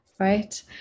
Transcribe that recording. right